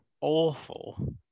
awful